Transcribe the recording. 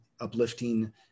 uplifting